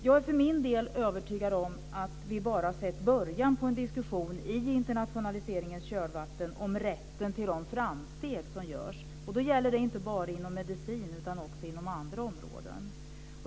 Jag är övertygad om att vi bara har sett början på en diskussion i internationaliseringens kölvatten om rätten till de framsteg som görs. Det gäller inte bara inom medicin utan också inom andra områden.